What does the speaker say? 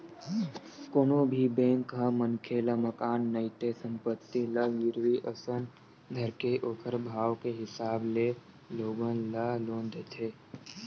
कोनो भी बेंक ह मनखे ल मकान नइते संपत्ति ल गिरवी असन धरके ओखर भाव के हिसाब ले लोगन ल लोन देथे